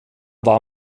war